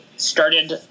started